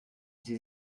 sie